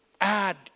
Add